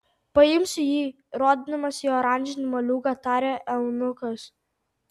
paimsiu jį rodydamas į oranžinį moliūgą tarė eunuchas